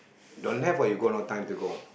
don't have or you go no time to go